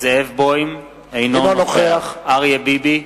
זאב בוים, אינו נוכח אריה ביבי,